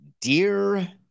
Dear